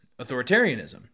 authoritarianism